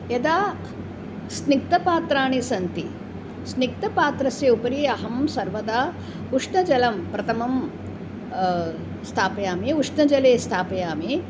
यदा स्निग्धपात्राणि सन्ति स्निग्धपात्रस्य उपरि अहं सर्वदा उष्णजलं प्रथमं स्थापयामि उष्णजले स्थापयामि